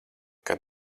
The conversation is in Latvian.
kad